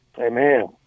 Amen